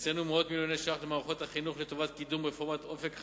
הקצנו מאות מיליוני שקלים למערכת החינוך לטובת קידום רפורמת "אופק חדש"